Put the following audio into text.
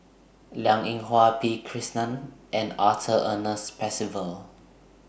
Liang Eng Hwa P Krishnan and Arthur Ernest Percival